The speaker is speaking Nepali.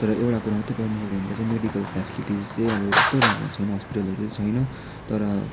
तर एउटा कुरा मात्रै पाउन सक्दैन त्यो चाहिँ मेडिकल फेसिलिटिज चाहिँ अब त्यस्तो राम्रो छैन हस्पिटलहरू छैन तर हस्पिटलको